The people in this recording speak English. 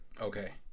Okay